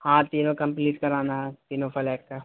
ہاں تینوں کمپلیٹ کرانا ہے تینوں فلیٹ کا